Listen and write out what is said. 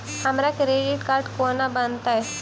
हमरा credit card कोना बनतै?